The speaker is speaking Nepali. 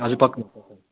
हजुर पक्कै पक्कै